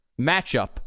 matchup